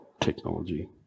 technology